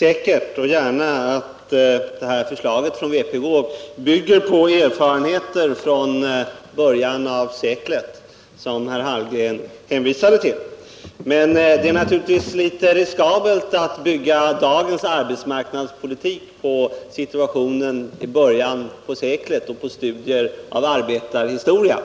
Herr talman! Jag tror gärna att förslaget från vpk bygger på erfarenheter från början av seklet, som herr Hallgren hänvisade till, men det är litet riskabelt att bygga dagens arbetsmarknadspolitik på situationen i början av seklet och på studier av arbetarhistoria.